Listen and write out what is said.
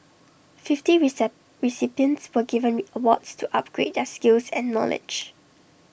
fifty recipients were given awards to upgrade their skills and knowledge